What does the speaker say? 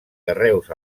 carreus